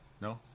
No